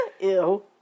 Ew